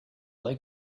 like